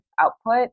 output